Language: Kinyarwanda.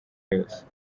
yose